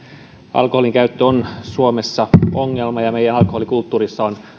alkoholinkäyttö on suomessa ongelma ja meidän alkoholikulttuurissa on